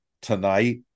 tonight